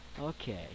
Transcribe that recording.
Okay